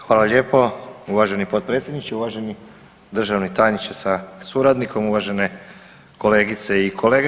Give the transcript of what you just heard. Hvala lijepo uvaženi potpredsjedniče, uvaženi državni tajniče sa suradnikom, uvažene kolegice i kolege.